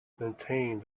maintained